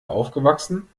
aufgewachsen